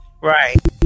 Right